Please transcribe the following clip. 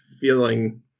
feeling